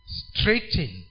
straighten